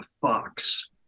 fox